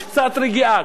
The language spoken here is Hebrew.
יש קצת רגיעה.